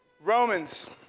Romans